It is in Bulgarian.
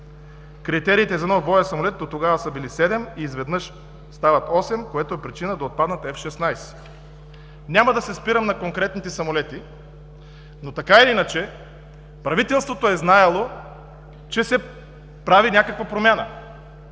Критериите за нов боен самолет дотогава са били седем и изведнъж стават осем, което е причина да отпаднат F-16. Няма да се спирам на конкретните самолети, но така или иначе правителството е знаело, че се прави някаква промяна.